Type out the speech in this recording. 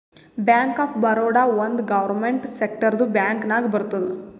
bank of Baroda ಒಂದ್ government ಸೆಕ್ಟರ್ದು bank ನಾಗ್ ಬರ್ತುದ್